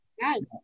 Yes